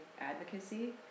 advocacy